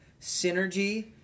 synergy